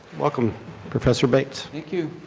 welcome professor bates. thank you.